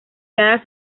cada